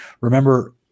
Remember